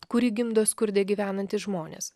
kurį gimdo skurde gyvenantys žmonės